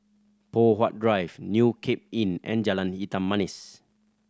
Poh Huat Drive New Cape Inn and Jalan Hitam Manis